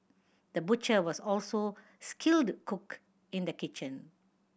the butcher was also skilled cook in the kitchen